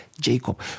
Jacob